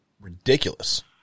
ridiculous